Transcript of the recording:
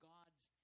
God's